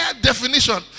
definition